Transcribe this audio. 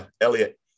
Elliot